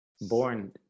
born